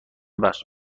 ببخش